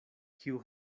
kiu